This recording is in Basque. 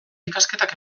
ikasketak